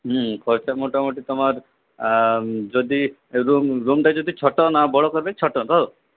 হ্যাঁ খরচা মোটামুটি তোমার যদি রুম রুমটা যদি ছোটো না বড়ো করবে ছোটো তো